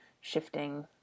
shifting